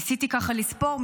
ניסיתי ככה לספור,